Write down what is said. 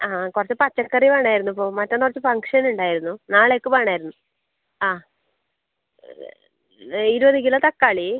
ആ കുറച്ച് പച്ചക്കറി വേണമായിരുന്നു ഇപ്പോൾ മറ്റന്നാളേക്ക് ഫംഗ്ഷനുണ്ടായിരുന്നു നാളേക്ക് വേണമായിരുന്നു ആ ഇരുപത് കിലോ തക്കാളി